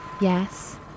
Yes